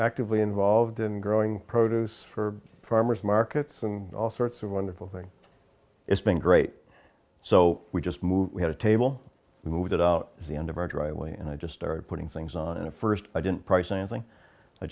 actively involved in growing produce for farmers markets and all sorts of wonderful thing it's been great so we just moved we had a table moved it out the end of our driveway and i just started putting things on it first i didn't